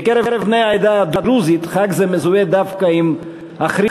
בקרב בני העדה הדרוזית חג זה מזוהה דווקא עם אחרית